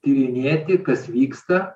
tyrinėti kas vyksta